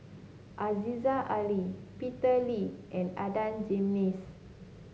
Aziza Ali Peter Lee and Adan Jimenez